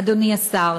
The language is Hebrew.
אדוני השר,